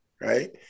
right